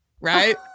right